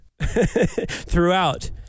throughout